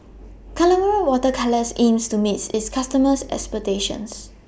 Colora Water Colours aims to meet its customers' expectations